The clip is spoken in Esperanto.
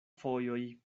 fojoj